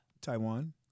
Taiwan